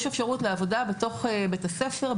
וישנה אפשרות לעבודה בתוך בית הספר,